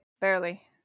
Barely